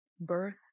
birth